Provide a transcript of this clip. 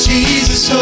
Jesus